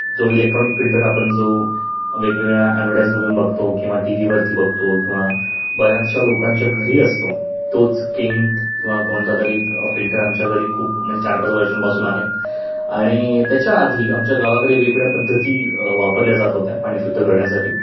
जो electronic filter आपण जो वेगवेगळ्या ॲडवर्टाईजमधून बघतो किंवा टीव्हीवरती बघतो किंवा बऱ्याचशा लोकांच्या घरी असतो तोच केंट किंवा कोणता तरी फिल्टर आमच्या घरी खूप म्हणजे चार पाच वर्षांपासून आहे आणि त्याच्याआधी आमच्या गावाकडे वेगवेगळ्या पद्धती वापरल्या जात होत्या पाणी शुद्ध करण्यासाठी